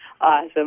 Awesome